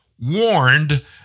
warned